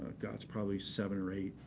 god, it's probably seven or eight,